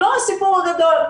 לא הסיפור הגדול.